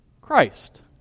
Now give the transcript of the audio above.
Christ